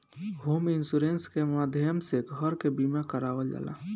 home insurance के माध्यम से घर के बीमा करावल जाला